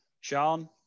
Sean